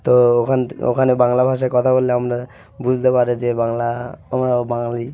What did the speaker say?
তো ওখান থেকে ওখানে বাংলা ভাষায় কথা বললে আমরা বুঝতে পারে যে বাংলা আমরা বাঙালি